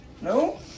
No